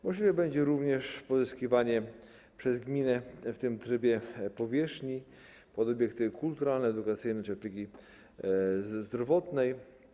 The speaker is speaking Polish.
Możliwe będzie również pozyskiwanie przez gminę w tym trybie powierzchni pod obiekty kulturalne, edukacyjne czy opieki zdrowotnej.